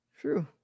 True